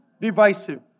divisive